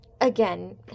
again